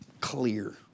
clear